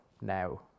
now